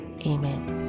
Amen